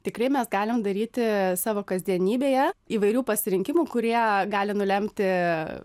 tikrai mes galim daryti savo kasdienybėje įvairių pasirinkimų kurie gali nulemti